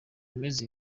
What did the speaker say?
wemeza